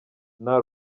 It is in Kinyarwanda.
nta